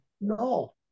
no